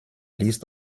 list